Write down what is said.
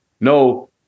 no